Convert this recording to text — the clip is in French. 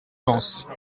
vence